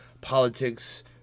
politics